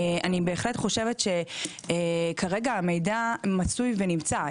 אני בהחלט חושבת שכרגע המידע מצוי ונמצא,